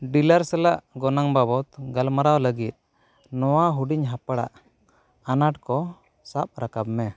dealer ᱥᱟᱞᱟᱜ ᱜᱚᱱᱚᱝ ᱵᱟᱵᱚᱫ ᱜᱟᱞᱢᱟᱨᱟᱣ ᱞᱟᱹᱜᱤᱫ ᱱᱚᱣᱟ ᱦᱩᱰᱤᱧ ᱦᱟᱯᱲᱟᱜ ᱟᱱᱟᱴ ᱠᱚ ᱥᱟᱵ ᱨᱟᱠᱟᱵ ᱢᱮ